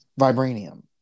vibranium